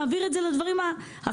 להעביר את זה לדברים האחרים,